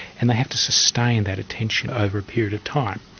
and they have to sustain that attention over a period of time.